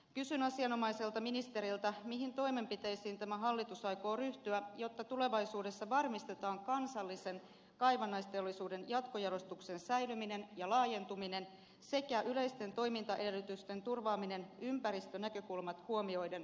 kysyn asianomaiselta ministeriltä mihin toimenpiteisiin tämä hallitus aikoo ryhtyä jotta tulevaisuudessa varmistetaan kansallisen kaivannaisteollisuuden jatkojalostuksen säilyminen ja laajentuminen sekä yleisten toimintaedellytysten turvaaminen ympäristönäkökulmat huomioiden suomen osalta